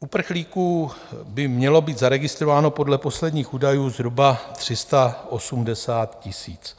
Uprchlíků by mělo být zaregistrováno podle posledních údajů zhruba 380 000.